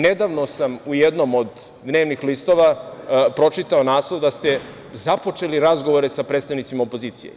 Nedavno sam u jednom od dnevnih listova pročitao naslov da ste započeli razgovore sa predstavnicima opozicije.